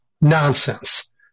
nonsense